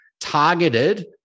targeted